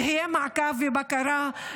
יהיה מעקב ובקרה,